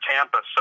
Tampa